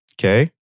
Okay